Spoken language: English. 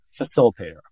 facilitator